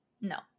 no